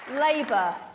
Labour